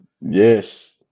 Yes